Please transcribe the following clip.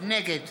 נגד